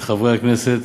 לחברי הכנסת,